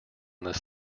this